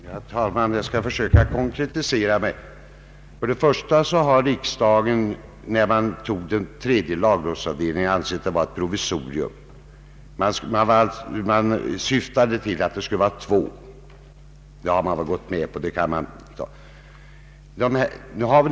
Herr talman! Jag skall försöka konkretisera. des att detta var ett provisorium. Man syftade till att det skulle vara högst två avdelningar.